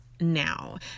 now